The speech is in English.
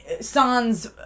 Sans